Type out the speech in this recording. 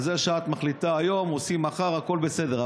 על זה שאת מחליטה היום, עושים מחר, הכול בסדר.